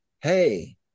hey